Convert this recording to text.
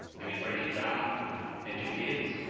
if you break it down into hits,